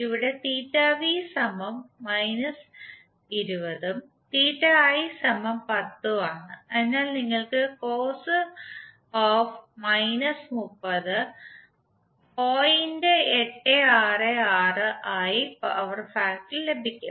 ഇവിടെ ആണ് അതിനാൽ നിങ്ങൾക്ക് ആയി പവർ ഫാക്ടർ ലഭിക്കും